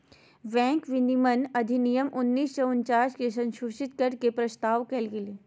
bank विनियमन अधिनियम उन्नीस सौ उनचास के संशोधित कर के के प्रस्ताव कइल गेलय